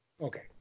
Okay